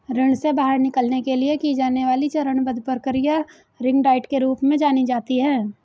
ऋण से बाहर निकलने के लिए की जाने वाली चरणबद्ध प्रक्रिया रिंग डाइट के रूप में जानी जाती है